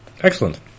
Excellent